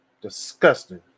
Disgusting